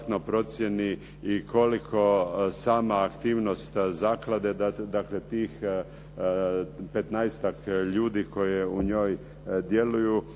i koliko sama aktivnost zaklade, dakle tih 15-tak ljudi koje u njoj djeluju